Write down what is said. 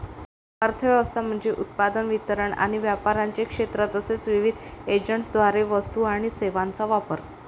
अर्थ व्यवस्था म्हणजे उत्पादन, वितरण आणि व्यापाराचे क्षेत्र तसेच विविध एजंट्सद्वारे वस्तू आणि सेवांचा वापर